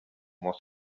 was